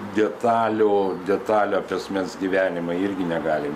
detalių detalių apie asmens gyvenimą irgi negalim